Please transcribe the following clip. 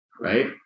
Right